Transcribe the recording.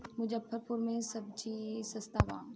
मुजफ्फरपुर में सबजी सस्ता बा